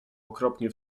okropnie